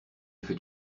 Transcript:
fais